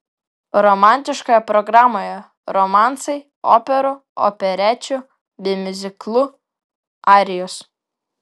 romantiškoje programoje romansai operų operečių bei miuziklų arijos